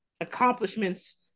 accomplishments